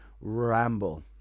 ramble